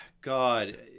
God